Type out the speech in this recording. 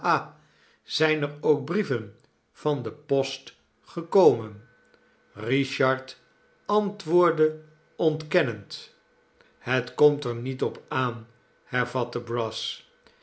zijn er ook brieven van de post gekomen richard antwoordde ontkennend het komt er niet op aan hervatte brass